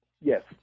Yes